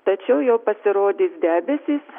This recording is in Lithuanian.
tačiau jau pasirodys debesys